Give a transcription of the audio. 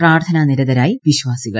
പ്രാർത്ഥനാ നിരതരായി വിശ്വാസികൾ